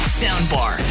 soundbar